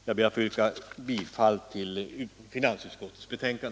Jag ber att få yrka bifall till finansutskottets hemställan.